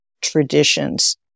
traditions